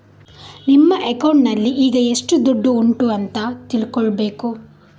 ನಿಮ್ಮ ಅಕೌಂಟಿನಲ್ಲಿ ಈಗ ಎಷ್ಟು ದುಡ್ಡು ಉಂಟು ಅಂತ ತಿಳ್ಕೊಳ್ಬೇಕು